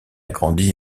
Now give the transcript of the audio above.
grandi